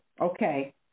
okay